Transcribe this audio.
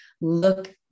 look